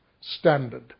standard